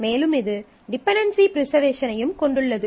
மேலும் இது டிபென்டென்சி ப்ரிசர்வேஷனையும் கொண்டுள்ளது